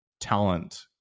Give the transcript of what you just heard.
talent